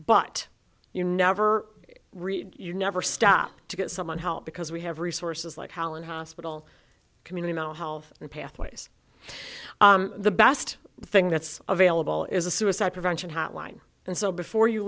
but you never read you never stop to get someone help because we have resources like holland hospital community mental health and pathways the best thing that's available is a suicide prevention hotline and so before you